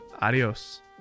Adios